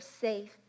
safe